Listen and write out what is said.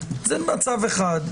זה מצב אחד.